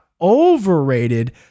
overrated